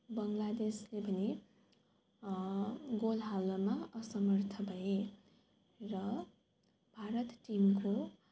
बङ्ग्लादेशले पनि गोल हाल्नमा असमर्थ भए र भारत टिमको